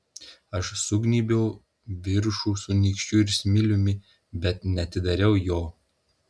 aš sugnybiau viršų su nykščiu ir smiliumi bet neatidariau jo